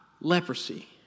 leprosy